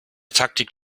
taktik